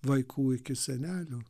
vaikų iki senelių